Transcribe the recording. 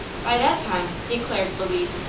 by that time, declared louise,